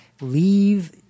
leave